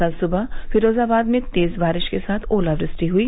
कल सुवह फिरोजाबाद में तेज बारिश के साथ ओलावृष्टि हुई